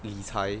理财